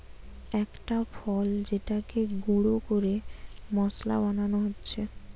একটা ফল যেটাকে গুঁড়ো করে মশলা বানানো হচ্ছে